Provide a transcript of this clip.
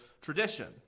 tradition